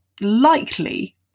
likely